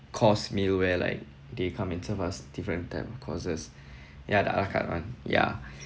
course meal where like they come and serve us different time courses ya the a la carte [one] ya